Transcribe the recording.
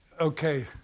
Okay